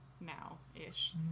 now-ish